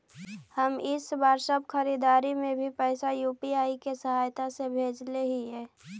हम इ बार सब खरीदारी में भी पैसा यू.पी.आई के सहायता से ही भेजले हिय